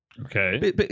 okay